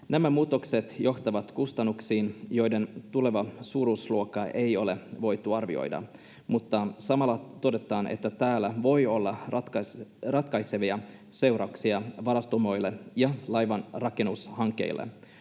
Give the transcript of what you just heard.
Nämä muutokset johtavat kustannuksiin, joiden tulevaa suuruusluokkaa ei ole voitu arvioida, mutta samalla todetaan, että tällä voi olla ratkaisevia seurauksia varustamoille ja laivanrakennushankkeille.